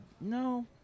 No